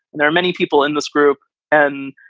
there are many people in this group and,